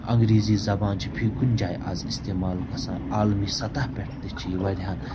انٛگریٖزی زبان چھِ فی کُنہِ جایہِ آز اِستعمال گژھان عالمی سطح پٮ۪ٹھ تہِ چھِ یہِ واریاہَن